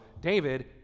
David